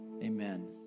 Amen